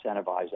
incentivize